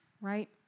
right